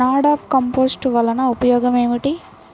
NADEP compost వలన ఉపయోగం ఏమిటి?